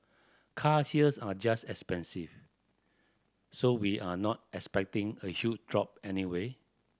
cars here are just expensive so we are not expecting a huge drop anyway